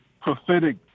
prophetic